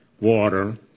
water